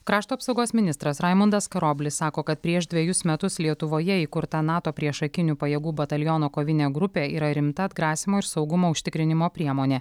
krašto apsaugos ministras raimundas karoblis sako kad prieš dvejus metus lietuvoje įkurta nato priešakinių pajėgų bataliono kovinė grupė yra rimta atgrasymo ir saugumo užtikrinimo priemonė